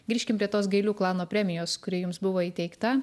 grįžkim prie tos gailių klano premijos kuri jums buvo įteikta